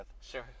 sure